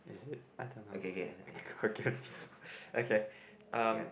is it i dont know hokkien okay um